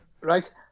Right